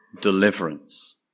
deliverance